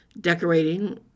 decorating